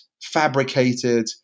fabricated